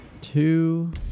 two